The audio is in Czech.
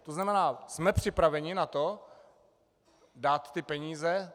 To znamená, jsme připraveni na to dát ty peníze?